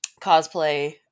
cosplay